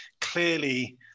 Clearly